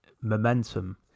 momentum